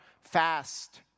fast